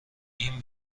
این